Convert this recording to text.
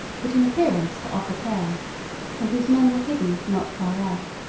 but in appearance to offer terms and whose men were hidden not far off.